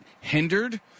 hindered